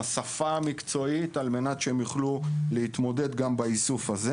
על מנת שיוכלו להתמודד במהלך האיסוף.